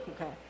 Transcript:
Okay